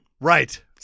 right